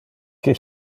que